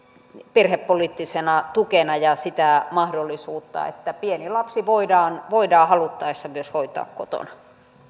perhepoliittisena tukena ja sitä mahdollisuutta että pieni lapsi voidaan voidaan haluttaessa hoitaa myös kotona